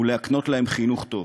להביא ילדים ולהקנות להם חינוך טוב.